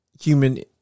human